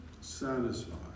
satisfied